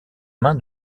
main